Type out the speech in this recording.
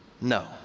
No